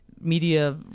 media